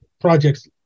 projects